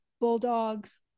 bulldogs